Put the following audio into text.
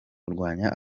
kurwanya